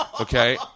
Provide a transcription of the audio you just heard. Okay